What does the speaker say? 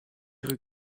rues